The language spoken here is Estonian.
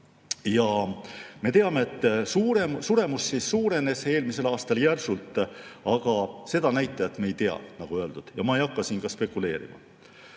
Me teame, et suremus suurenes eelmisel aastal järsult. Aga seda näitajat me ei tea, nagu öeldud, ja ma ei hakka siin spekuleerima.